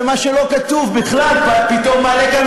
ומה שלא כתוב בכלל פתאום מעלה כאן,